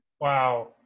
Wow